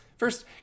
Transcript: First